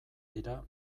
dira